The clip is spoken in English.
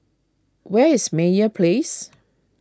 where is Meyer Place